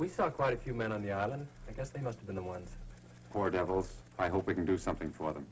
we saw quite a few men on the island because they must've been the ones for devils i hope we can do something for them